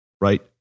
right